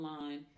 online